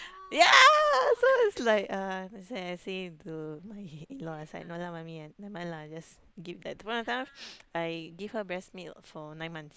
ya so it's like uh that's why then I say to my in law I was like no lah mummy never mind lah I just give that point of time I give her breast milk for nine months